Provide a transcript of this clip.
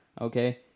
Okay